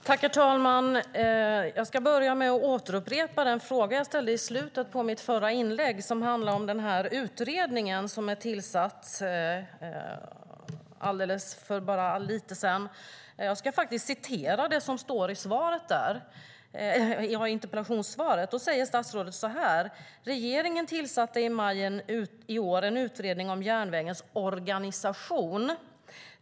Herr talman! Jag ska börja med att upprepa den fråga som jag ställde i slutet av mitt förra inlägg och som handlade om den utredning som tillsattes nyligen. I interpellationssvaret säger statsrådet: "Regeringen tillsatte i maj i år en utredning om järnvägens organisation.